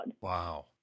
Wow